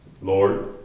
Lord